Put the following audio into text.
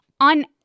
On